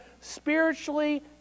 spiritually